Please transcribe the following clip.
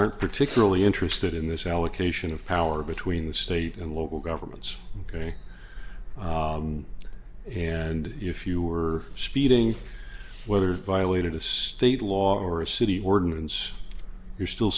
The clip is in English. aren't particularly interested in this allocation of power between the state and local governments ok and if you were speeding whether violated a state law or a city ordinance you're still